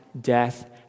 death